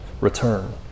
return